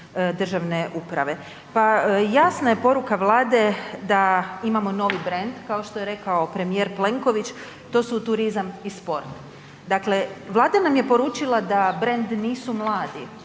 državne uprave. Pa jasna je poruka Vlade da imamo novi brand kao što je rekao premijer Plenković, to su turizam i sport. Dakle, Vlada nam je poručila da brand nisu mladi,